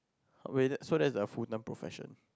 wait that so that's a full time profession